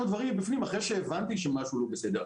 דברים מבפנים אחרי שהבנתי שמשהו לא בסדר.